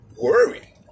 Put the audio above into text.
worry